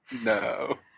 No